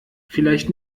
vielleicht